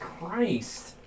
Christ